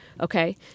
okay